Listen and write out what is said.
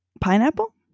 Pineapple